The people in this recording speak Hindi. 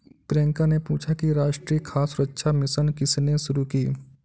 प्रियंका ने पूछा कि राष्ट्रीय खाद्य सुरक्षा मिशन किसने शुरू की?